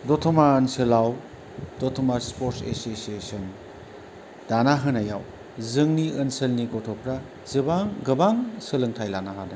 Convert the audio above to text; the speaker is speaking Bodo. दथमा ओनसोलाव दतमा स्पर्ट्स एससियेसन दाना होनायाव जोंनि ओनसोलनि गथ'फ्रा जोबां गोबां सोलोंथाय लानो हादों